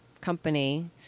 company